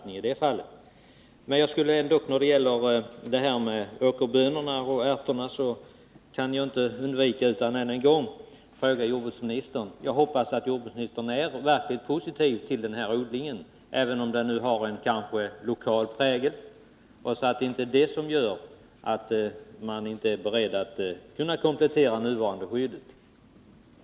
När det gäller frågan om åkerbönorna och ärtorna kan jag ändock inte underlåta att en än gång säga att jag hoppas att jordbruksministern verkligen är positivt inställd till denna odling, även om den kanske har en lokal prägel, och jag hoppas att det inte gör att man inte är beredd att komplettera det nuvarande skyddet.